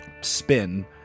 spin